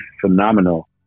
phenomenal